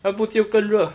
要不就更热